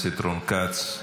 חבר הכנסת רון כץ,